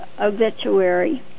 obituary